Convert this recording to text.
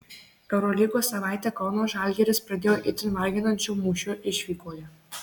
eurolygos savaitę kauno žalgiris pradėjo itin varginančiu mūšiu išvykoje